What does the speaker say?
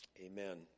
Amen